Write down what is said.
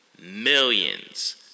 Millions